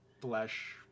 flesh